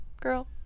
girl